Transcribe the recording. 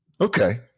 Okay